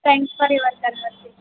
thanks for your conversation